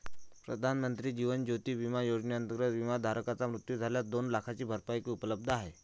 प्रधानमंत्री जीवन ज्योती विमा योजनेअंतर्गत, विमाधारकाचा मृत्यू झाल्यास दोन लाखांची भरपाई उपलब्ध आहे